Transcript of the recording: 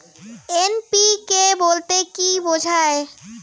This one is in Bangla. এন.পি.কে বলতে কী বোঝায়?